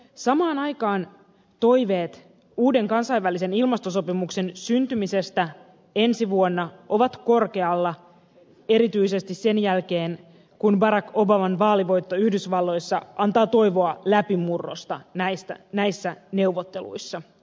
samaan aikaan toiveet uuden kansainvälisen ilmastosopimuksen syntymisestä ensi vuonna ovat korkealla erityisesti sen jälkeen kun barack obaman vaalivoitto yhdysvalloissa antaa toivoa läpimurrosta näissä neuvotteluissa